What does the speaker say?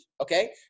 Okay